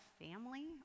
family